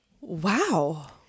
Wow